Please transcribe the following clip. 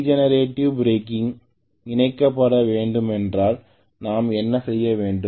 regenerative braking இணைக்கப்பட வேண்டுமென்றால் நாம் என்ன செய்ய வேண்டும்